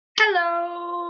Hello